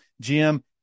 Jim